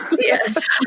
yes